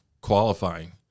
qualifying